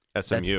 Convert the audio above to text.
SMU